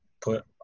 put